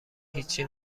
هیچی